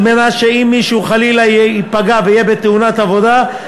כדי שאם מישהו חלילה ייפגע ויהיה בתאונת עבודה,